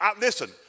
Listen